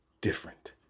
different